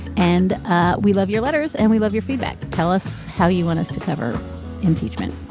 and ah we love your letters and we love your feedback. tell us how you want us to cover impeachment.